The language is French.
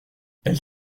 elle